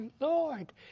Lord